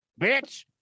Bitch